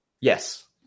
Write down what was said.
Yes